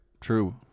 True